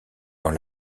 dans